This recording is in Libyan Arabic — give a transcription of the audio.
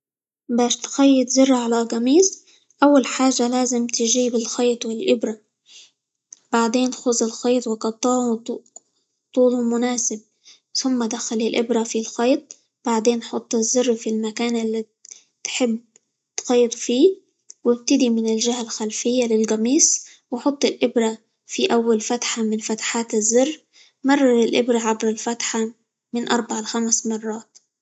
باش تخيط زر على قميص أول حاجة لازم تجيب الخيط، والإبرة، بعدين خذ الخيط وقطعه -ط- طوله مناسب، ثم دخل الإبرة في الخيط. وبعدين حط الزر في المكان اللي -ت-تحب تخيط فيه، وابتدي من الخلفية للقميص، وحط الإبرة في أول فتحة من فتحات الزر، مرر الإبرة عبر الفتحة من أربع لخمس مرات.